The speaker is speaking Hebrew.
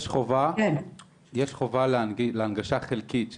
יש חובה להנגשה חלקית,